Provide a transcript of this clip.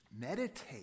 Meditate